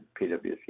PwC